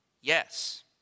Yes